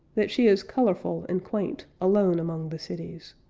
that she is colorful and quaint, alone among the cities.